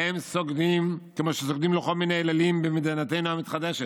להם סוגדים כמו שסוגדים לכל מיני אלילים במדינתנו המתחדשת.